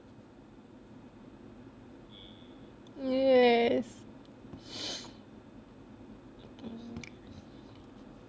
yes